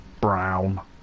Brown